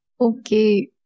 Okay